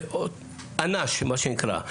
של אנ"ש מה שנקרא,